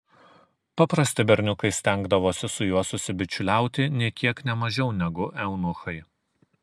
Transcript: paprasti berniukai stengdavosi su juo susibičiuliauti nė kiek ne mažiau negu eunuchai